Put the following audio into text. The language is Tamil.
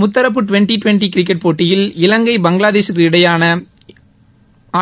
முத்தரப்பு டுவெண்டி கிரிக்கெட் போட்டியில் இவங்கை பங்களாதேஷிற்கு இடையேயான